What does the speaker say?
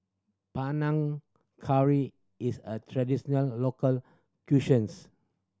Panang Curry is a traditional local